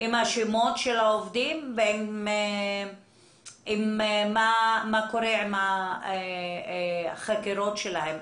עם השמות של העובדים ומה קורה עם החקירות שלהם.